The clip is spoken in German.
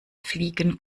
fliegen